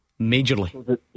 Majorly